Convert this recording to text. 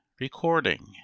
Recording